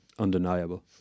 Undeniable